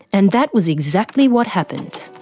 and that was exactly what happened.